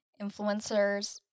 influencers